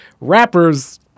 rappers